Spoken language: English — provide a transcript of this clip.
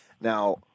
Now